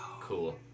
Cool